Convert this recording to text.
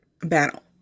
battle